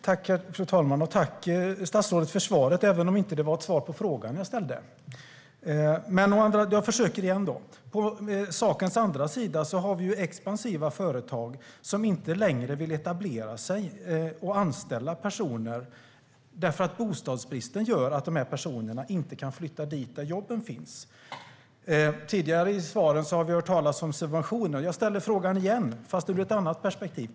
Fru talman! Tack, statsrådet, för svaret även om det inte var ett svar på frågan jag ställde! Men jag försöker igen. På sakens andra sida har vi expansiva företag som inte längre vill etablera sig och anställa personer eftersom bostadsbristen gör att de personerna inte kan flytta dit där jobben finns. Tidigare i svaren har vi hört talas om subventioner. Jag ställer frågan igen, fast ur ett annat perspektiv.